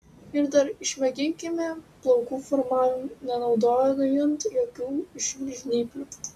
ir dar išmėginkite plaukų formavimą nenaudojant jokių žnyplių